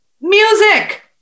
music